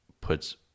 puts